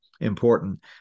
important